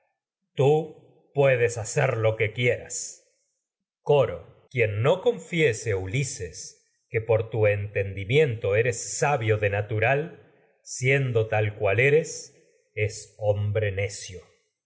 tú puedes ha cer que coro confiese ulises de que por tu enten eres dimiento eres sabio natural siendo tal cual es hombre necio